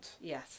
yes